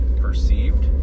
perceived